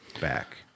back